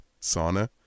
sauna